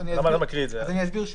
אני אסביר שוב.